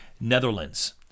Netherlands